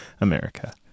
America